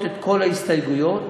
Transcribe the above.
בסופו של דבר לדחות את כל ההסתייגויות.